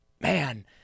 man